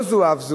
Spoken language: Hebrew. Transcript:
לא זו אף זו,